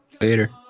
later